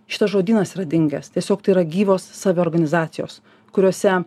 šitas žodynas yra dingęs tiesiog tai yra gyvos saviorganizacijos kuriose